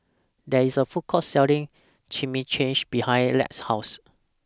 There IS A Food Court Selling Chimichangas behind Lex's House